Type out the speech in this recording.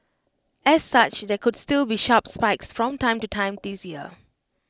as such there could still be sharp spikes from time to time this year